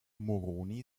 moroni